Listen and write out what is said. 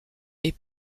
est